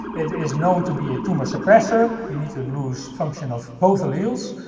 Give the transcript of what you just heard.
it is known to be a tumor suppressor. you need to lose function of both alleles.